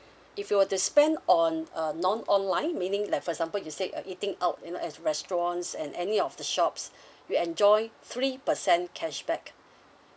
if you were to spend on a non online meaning like for example you say uh eating out you know at restaurants and any of the shops you enjoy three percent cashback